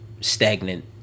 stagnant